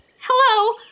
Hello